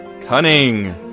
cunning